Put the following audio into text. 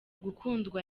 gukundwa